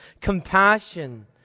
compassion